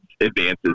advances